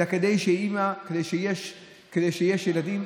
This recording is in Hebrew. אלא כדי שכשיש ילדים,